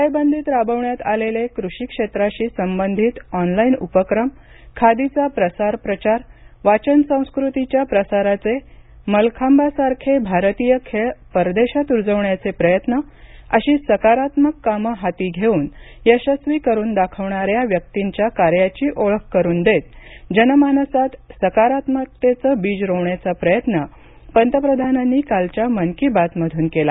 टाळेबंदित राबण्यात आलेले कृषी क्षेत्राशी संबंधित ऑनलाईन उपक्रमखादीचा प्रसार प्रचार वाचनसंस्कृतीच्या प्रसाराचे मलखांबासारखे भारतीय खेळ परदेशात रुजवण्याचे प्रयत्न अशी सकारात्मक कामं हाती घेऊन यशस्वी करून दाखवणाऱ्या व्यक्तींच्या कार्याची ओळख करून देत जनमानसात सकारात्मकतेचं बीज रोवण्याचा प्रयत्न पंतप्रधानांनी कालच्या मन की बात मधून केला